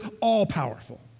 all-powerful